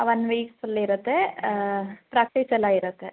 ಆ one week full ಇರುತ್ತೆ ಪ್ರ್ಯಾಕ್ಟೀಸೆಲ್ಲ ಇರುತ್ತೆ